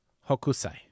Hokusai